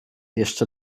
jeszcze